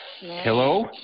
Hello